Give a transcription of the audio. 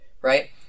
Right